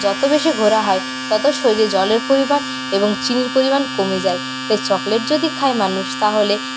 যত বেশি ঘোরা হয় তত শরীরে জলের পরিমাণ এবং চিনির পরিমাণ কমে যায় তাই চকলেট যদি খায় মানুষ তাহলে